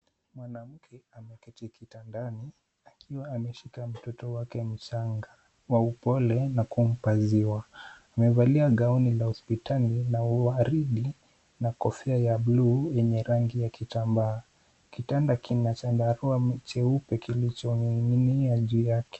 Mwanamke ameketi kitandani akiwa ameshika mtoto wake mchanga kwa upole na kumpa ziwa. Amevalia gauni la hospitali la uwaridi na kofia ya buluu yenye rangi kitambaa. Kitanda kina chandarua cheupe kilichoning'inia juu yake.